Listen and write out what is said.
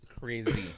crazy